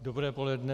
Dobré poledne.